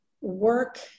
work